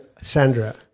Sandra